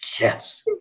Yes